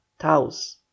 Taus